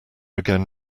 again